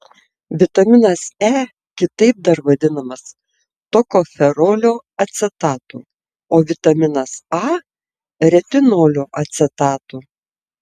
vitaminas e kitaip dar vadinamas tokoferolio acetatu o vitaminas a retinolio acetatu